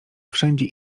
wszędzie